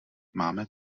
máme